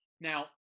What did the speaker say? Now